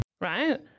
Right